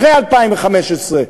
אחרי 2015,